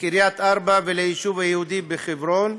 לקריית ארבע וליישוב היהודי בחברון,